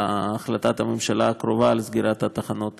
להחלטת הממשלה הקרובה על סגירת התחנות הפחמיות.